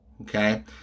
okay